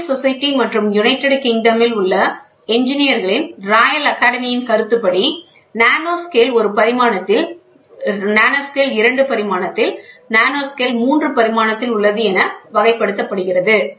Royal society மற்றும் united கிங்டமில் உள்ள பொறியாளர்களின் ராயல் அகாடமியின் கருத்துப்படி நானோஸ்கேல் ஒரு பரிமாணத்தில் நானோஸ்கேல் இரண்டு பரிமாணத்தில் நானோஸ்கேல் மூன்று பரிமாணத்தில் உள்ளது என வகைப் படுத்துகிறது